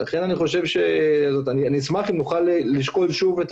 לכן אני אשמח אם נוכל לשקול שוב את